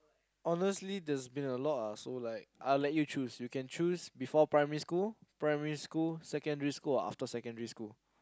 honestly there's being a lot ah so like I'll let you choose you can choose before primary school primary school secondary school or after secondary school